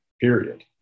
Period